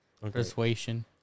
persuasion